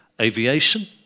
aviation